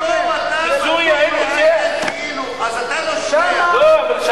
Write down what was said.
אז אתה לא שומע.